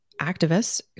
activists